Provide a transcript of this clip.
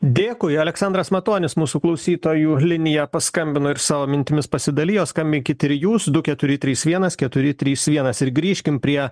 dėkui aleksandras matonis mūsų klausytojų linija paskambino ir savo mintimis pasidalijo skambinkit ir jūs du keturi trys vienas keturi trys vienas ir grįžkim prie